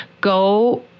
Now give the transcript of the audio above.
go